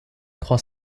trois